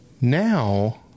now